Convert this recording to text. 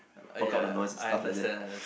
block out the noise and stuff like that